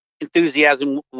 enthusiasm